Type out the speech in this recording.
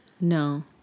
No